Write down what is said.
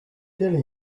deli